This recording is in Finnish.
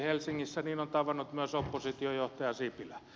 niin on tavannut myös oppositiojohtaja sipilä